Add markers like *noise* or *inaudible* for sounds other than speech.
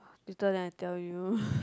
later then I tell you *laughs*